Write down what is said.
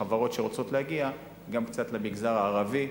בחברות שרוצות להגיע גם קצת למגזר הערבי,